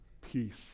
peace